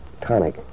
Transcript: tonic